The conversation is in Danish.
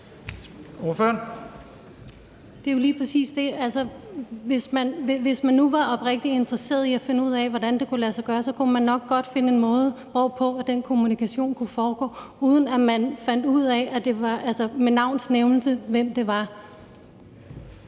Hvis man nu var oprigtigt interesseret i at finde ud af, hvordan det kunne lade sig gøre, kunne man nok godt finde en måde, hvorpå den kommunikation kunne foregå, uden at man med navns nævnelse